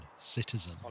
citizen